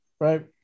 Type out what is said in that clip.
right